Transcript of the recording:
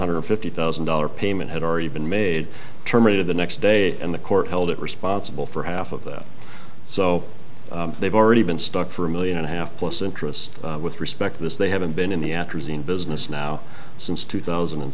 hundred fifty thousand dollars payment had already been made terminated the next day and the court held it responsible for half of that so they've already been stuck for a million and a half plus interest with respect to this they haven't been in the actors in business now since two thousand and